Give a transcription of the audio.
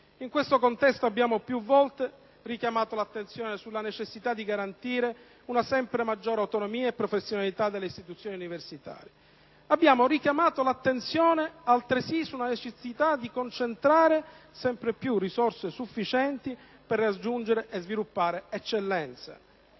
In tale contesto abbiamo più volte richiamato l'attenzione sulla necessità di garantire una sempre maggiore autonomia e professionalità delle istituzioni universitarie. Abbiamo richiamato l'attenzione, altresì, sulla necessità di concentrare sempre più risorse sufficienti per raggiungere e sviluppare l'eccellenza.